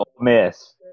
miss